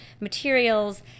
materials